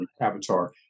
Avatar